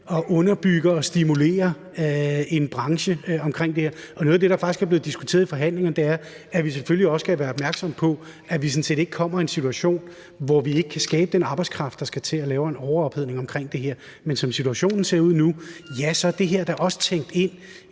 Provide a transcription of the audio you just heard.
og underbygger og stimulerer en branche, og noget af det, der faktisk er blevet diskuteret i forhandlingerne, er, at vi selvfølgelig også skal være opmærksomme på ikke at komme i en situation, hvor vi ikke kan skabe den arbejdskraft, der skal til, og laver en overophedning omkring det her. Men som situationen ser ud nu, er det her da også tænkt ind